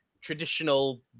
Traditional